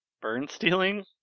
Burn-stealing